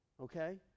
Okay